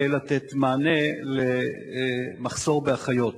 על מתן מענה למחסור באחיות.